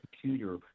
computer